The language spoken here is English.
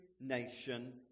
nation